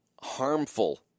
harmful